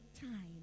time